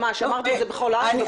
אני לא אמרתי בכל מתקני שב"ס.